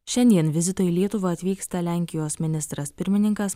šiandien vizito į lietuvą atvyksta lenkijos ministras pirmininkas